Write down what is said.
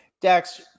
Dex